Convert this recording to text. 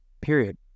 Period